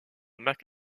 mac